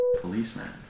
policeman